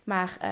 Maar